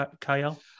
Kyle